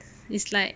is like